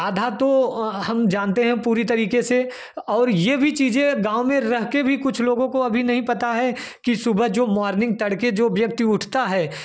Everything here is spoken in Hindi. आधा तो हम जानते हैं पूरी तरीके से और यह भी चीज़ें गाँव रहकर भी कुछ लोगों को अभी भी पता नहीं है कि सुबह जो मॉर्निंग तड़के जो व्यक्ति उठता है